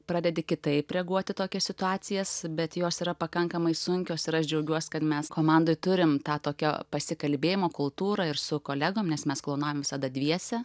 pradedi kitaip reaguoti į tokias situacijas bet jos yra pakankamai sunkios ir aš džiaugiuosi kad mes komandoj turim tą tokio pasikalbėjimo kultūrą ir su kolegom nes mes klounuojam visada dviese